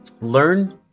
learn